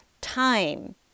time